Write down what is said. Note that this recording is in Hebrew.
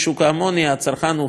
הצרכן הוא חיפה כימיקלים,